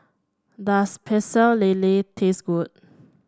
does Pecel Lele taste good